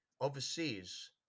overseas